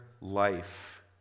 life